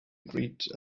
agreed